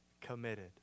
committed